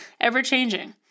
ever-changing